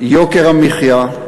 יוקר המחיה.